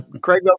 Craig